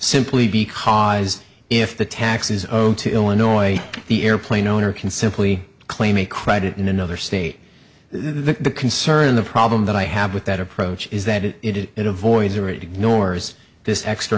simply because if the taxes own to illinois the airplane owner can simply claim a credit in another nate the concern the problem that i have with that approach is that it it avoids or it ignores this extra